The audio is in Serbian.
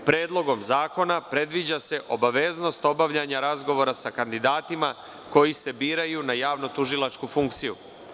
Predlogom zakona predviđa se obaveznost obavljanja razgovora sa kandidatima koji se biraju na javno tužilačku funkciju.